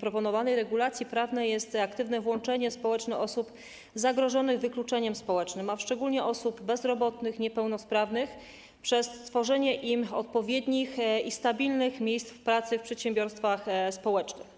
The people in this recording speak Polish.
proponowanej regulacji prawnej jest aktywne społeczne włączenie osób zagrożonych wykluczeniem społecznym, szczególnie osób bezrobotnych i niepełnosprawnych, przez stworzenie im odpowiednich i stabilnych miejsc pracy w przedsiębiorstwach społecznych.